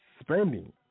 spending